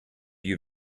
you